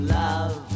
love